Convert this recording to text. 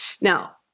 Now